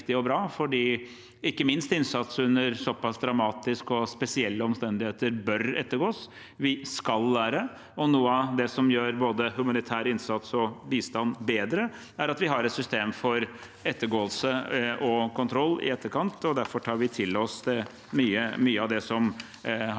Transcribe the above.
ikke minst fordi innsats under såpass dramatiske og spesielle omstendigheter bør ettergås. Vi skal lære. Og noe av det som gjør både humanitær innsats og bistand bedre, er at vi har et system for å ettergå og kontrollere i etterkant. Derfor tar vi til oss mye av det som har